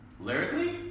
Lyrically